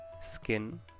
skin